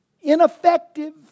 ineffective